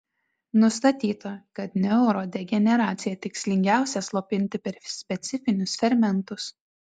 nustatyta kad neurodegeneraciją tikslingiausia slopinti per specifinius fermentus